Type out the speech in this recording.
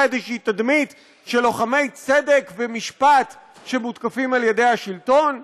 איזושהי תדמית של לוחמי צדק ומשפט שמותקפים על ידי השלטון?